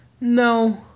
No